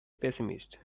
pessimist